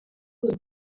hood